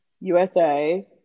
USA